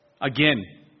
Again